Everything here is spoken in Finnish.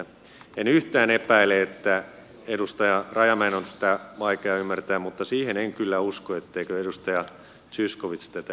en yhtään epäile että edustaja rajamäen on tätä vaikea ymmärtää mutta siihen en kyllä usko etteikö edustaja zyskowicz tätä ymmärtäisi